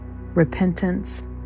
repentance